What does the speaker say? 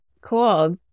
Cool